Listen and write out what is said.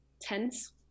tense